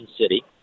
City